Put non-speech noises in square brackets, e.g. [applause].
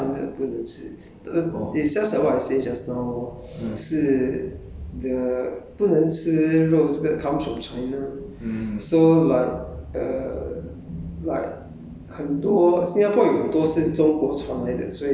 uh 因为是小城小城的可以吃大城的不能吃 uh it is just like what I said just now [breath] 是 the 不能吃肉这个 comes from china so like uh like